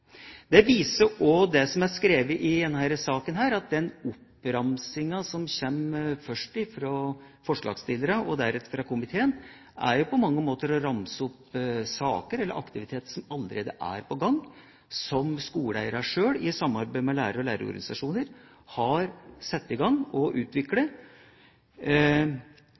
Det som er skrevet i denne saken, viser at den oppramsingen som kommer først fra forslagsstillerne, og deretter fra komiteen, jo på mange måter er en oppramsing av saker eller aktiviteter som allerede er på gang, som skoleeierne sjøl, i samarbeid med lærere og lærerorganisasjoner, har satt i gang med å utvikle.